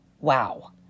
Wow